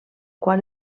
qual